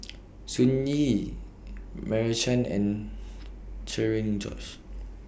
Sun Yee Meira Chand and Cherian George